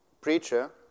preacher